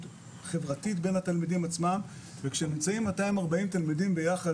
חברתית בין התלמידים עצמם וכשנמצאים 240 תלמידים ביחד,